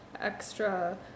extra